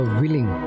willing